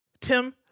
Tim